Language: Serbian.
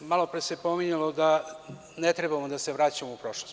Malo pre se pominjalo da ne trebamo da se vraćamo u prošlost.